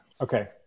Okay